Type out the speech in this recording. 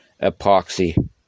epoxy